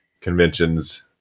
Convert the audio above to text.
conventions